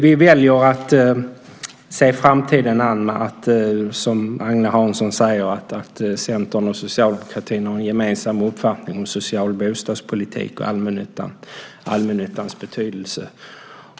Vi väljer att se framtiden an, eftersom Agne Hansson säger att Centern och Socialdemokraterna har en gemensam uppfattning om en social bostadspolitik och allmännyttans betydelse.